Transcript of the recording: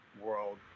world